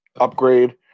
upgrade